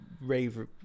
rave